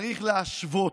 צריך להשוות.